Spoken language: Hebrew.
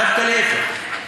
דווקא להפך.